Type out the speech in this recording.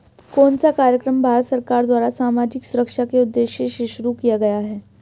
कौन सा कार्यक्रम भारत सरकार द्वारा सामाजिक सुरक्षा के उद्देश्य से शुरू किया गया है?